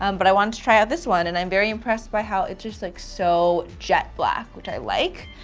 um but i wanted to try out this one and i'm very impressed by how it's just like so jet black, which i like.